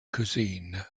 cuisine